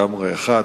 הראשונה,